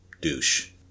douche